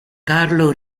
carlo